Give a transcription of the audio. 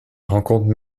rencontre